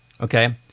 okay